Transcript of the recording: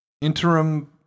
Interim